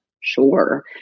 Sure